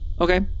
Okay